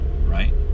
right